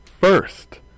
first